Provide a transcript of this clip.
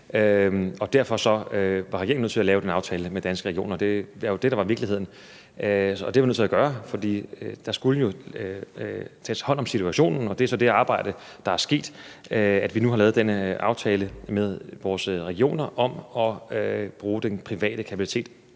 og derfor var regeringen nødt til at lave den aftale med Danske Regioner. Det var jo det, der var virkeligheden. Og det var vi nødt til at gøre, for der skulle jo tages hånd om situationen, og det er så det arbejde, der er sket, altså at vi nu har lavet den aftale med vores regioner om at bruge den private kapacitet.